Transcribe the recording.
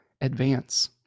advance